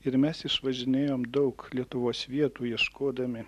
ir mes išvažinėjom daug lietuvos vietų ieškodami